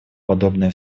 подобные